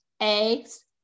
eggs